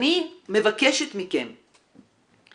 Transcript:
אני מבקשת מכם,